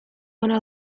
ona